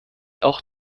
auch